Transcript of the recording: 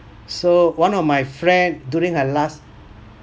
so one of my friend during her last